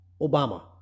Obama